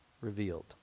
revealed